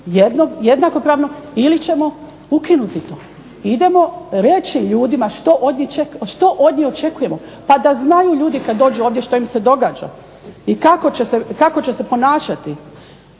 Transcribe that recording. jednakopravno ili ćemo ukinuti to, idemo reći ljudima što od njih očekujemo pa da znaju ljudi koji dođu ovdje što im se događa i kako će se ponašati.